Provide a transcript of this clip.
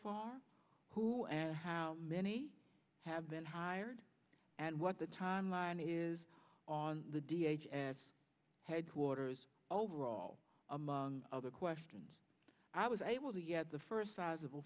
far who and how many have been hired and what the timeline is on the d h as headquarters overall among other questions i was able to get the first sizable